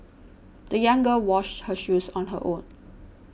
the young girl washed her shoes on her own